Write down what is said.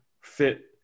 fit